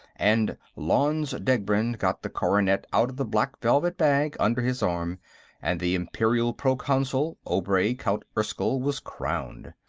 and lanze degbrend got the coronet out of the black velvet bag under his arm and the imperial proconsul, obray, count erskyll, was crowned.